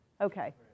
Okay